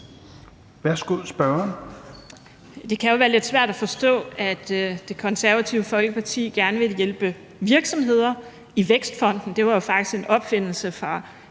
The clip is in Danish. Dehnhardt (SF): Det kan jo være lidt svært at forstå, at Det Konservative Folkeparti gerne vil hjælpe virksomheder via Vækstfonden – det var faktisk en opfindelse fra